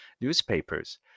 newspapers